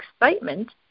excitement